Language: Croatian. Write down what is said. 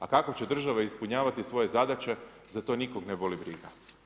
A kako će država ispunjavati svoje zadaće, za to nikog ne boli briga.